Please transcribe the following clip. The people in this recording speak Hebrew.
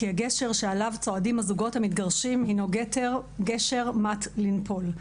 שגשר שעליו צועדים הזוגות המתגרשים הינו גשר מט ליפול.